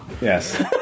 Yes